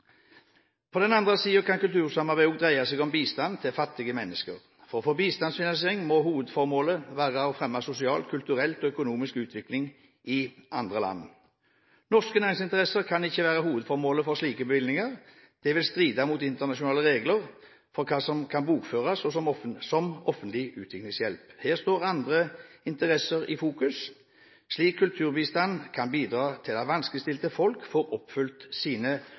På den andre siden kan kultursamarbeid også dreie seg om bistand til fattige mennesker. For å få bistandsfinansiering må hovedformålet være å fremme sosial, kulturell og økonomisk utvikling i andre land. Norske næringsinteresser kan ikke være hovedformålet for slike bevilgninger. Det ville stride mot internasjonale regler for hva som kan bokføres som offentlig utviklingshjelp. Her står andres interesser i fokus. Slik kulturbistand kan bidra til at vanskeligstilte folk får oppfylt sine